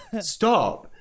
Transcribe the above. Stop